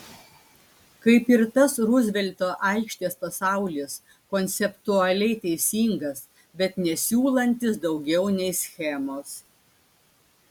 kaip ir tas ruzvelto aikštės pasaulis konceptualiai teisingas bet nesiūlantis daugiau nei schemos